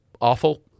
awful